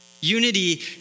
Unity